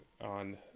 on